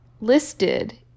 listed